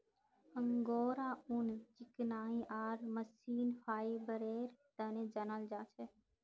angora ऊन चिकनाई आर महीन फाइबरेर तने जाना जा छे